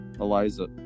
Eliza